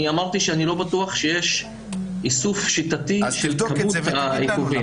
אני אמרתי שאני לא בטוח שיש איסוף שיטתי של כמות העיכובים,